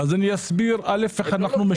אני אסביר איך אנחנו משווקים.